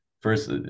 First